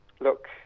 look